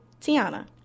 Tiana